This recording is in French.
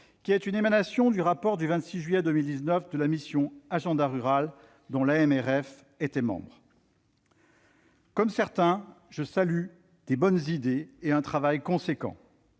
qui est une émanation du rapport du 26 juillet 2019 de la mission « Agenda rural », dont l'AMRF était membre. Comme certains, je salue de bonnes idées et l'important